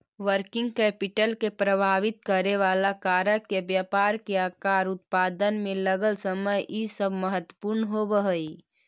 working capital के प्रभावित करेवाला कारक में व्यापार के आकार, उत्पादन में लगल समय इ सब महत्वपूर्ण होव हई